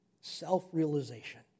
Self-realization